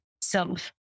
self